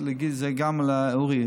נגיד את זה גם לאורי,